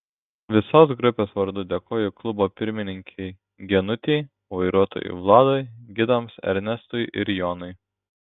visos grupės vardu dėkoju klubo pirmininkei genutei vairuotojui vladui gidams ernestui ir jonui